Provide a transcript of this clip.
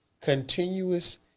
continuous